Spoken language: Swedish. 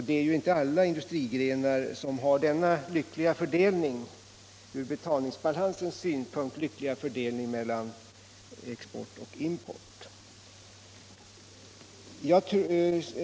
Det är ju inte alla industrigrenar som har denna med tanke på betalningsbalansen lyckliga fördelning mellan export och import.